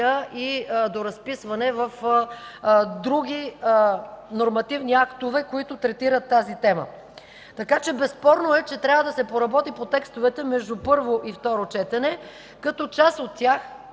и доразписване в други нормативни актове, които третират тази тема. Безспорно е, че трябва да се поработи по текстовете между първо и второ четене, като част от тях,